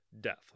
death